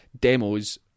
demos